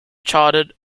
charted